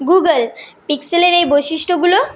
Google পিক্সেলের এই বৈশিষ্ট্যগুলো